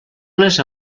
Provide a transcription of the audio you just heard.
les